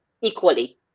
equally